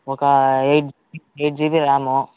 ఒక eight eight GB RAM